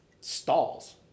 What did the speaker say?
stalls